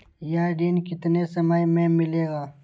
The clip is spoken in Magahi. यह ऋण कितने समय मे मिलेगा?